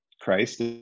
Christ